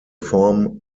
form